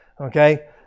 Okay